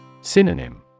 Synonym